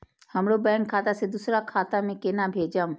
हमरो बैंक खाता से दुसरा खाता में केना भेजम?